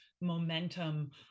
momentum